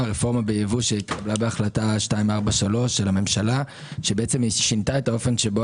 שהתקבלה בהחלטה 243 של הממשלה ששינתה את האופן שבו